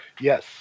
Yes